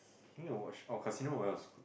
I was thinking to watch oh Casino-Royale is good